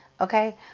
Okay